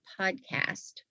podcast